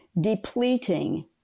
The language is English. depleting